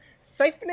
siphoning